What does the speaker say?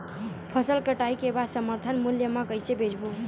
फसल कटाई के बाद समर्थन मूल्य मा कइसे बेचबो?